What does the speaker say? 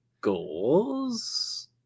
goals